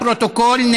לפרוטוקול,